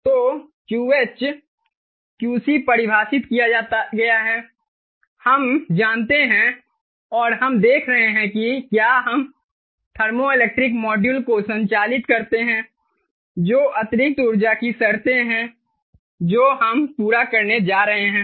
तो QH QC परिभाषित किया गया है हम जानते हैं और हम देख रहे हैं कि क्या हम थर्मोइलेक्ट्रिक मॉड्यूल को संचालित करते हैं जो अतिरिक्त ऊर्जा की शर्तें हैं जो हम पूरा करने जा रहे हैं